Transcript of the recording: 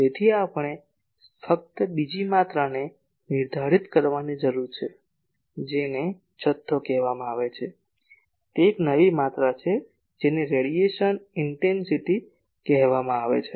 તેથી આપણે ફક્ત બીજી માત્રાને નિર્ધારિત કરવાની જરૂર છે જેને જથ્થો કહેવામાં આવે છે તે એક નવી માત્રા છે જેને કિરણોત્સર્ગની તીવ્રતા કહેવામાં આવે છે